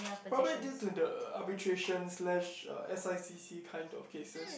probably due to the arbitration slash uh S_I_C_C kind of cases